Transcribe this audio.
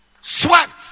swept